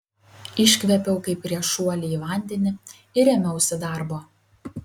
iškvėpiau kaip prieš šuolį į vandenį ir ėmiausi darbo